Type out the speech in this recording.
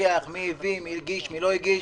להתווכח מי הביא, מי הגיש ומי לא הגיש.